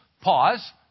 pause